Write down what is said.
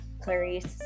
Clarice